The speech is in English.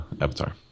Avatar